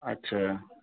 अच्छा